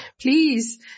Please